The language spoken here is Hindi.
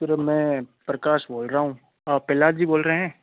सर अब में प्रकाश बोल रहा हूँ आप प्रह्लाद जी बोल रहे हें